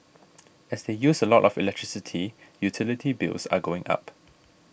as they use a lot of electricity utility bills are going up